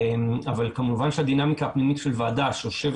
אבל כמובן שהדינמיקה הפנימית של ועדה שיושבת